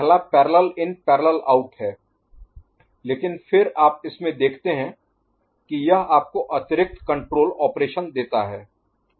पहला parallel in parallel out है लेकिन फिर आप इसमें देखते हैं कि यह आपको अतिरिक्त कण्ट्रोल ऑपरेशन देता है